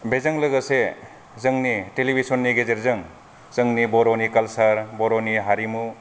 बेजों लोगोसे जोंनि टेलिभिसनि गेजेरजों जोंनि बर'नि काल्चार बर' नि हारिमु